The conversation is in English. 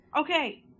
Okay